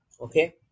Okay